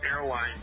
Airline